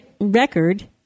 record